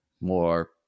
more